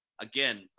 again